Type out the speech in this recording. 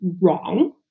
wrong